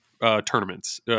tournaments